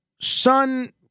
son